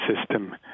system